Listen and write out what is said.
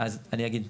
אז אני אגיד,